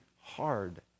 hard